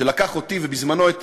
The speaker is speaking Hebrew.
שלקח אותי ובזמנו את